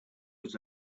was